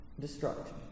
destruction